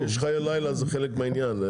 כשיש חיי לילה זה חלק מהעניין.